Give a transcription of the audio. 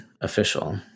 official